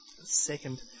second